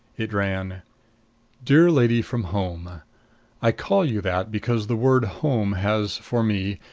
it ran dear lady from home i call you that because the word home has for me,